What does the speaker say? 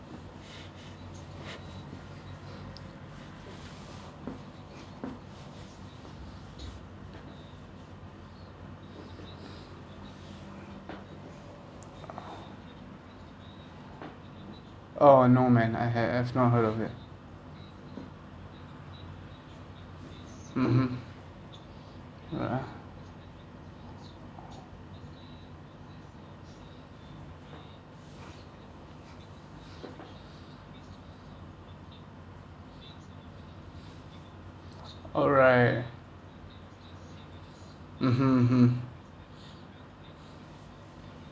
oh no man I have have not heard of it mmhmm ya alright mmhmm mmhmm